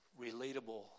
relatable